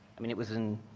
i mean it was in